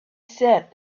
said